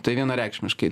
tai vienareikšmiškai